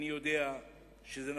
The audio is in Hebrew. ואני יודע שזה נכון.